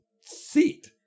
seat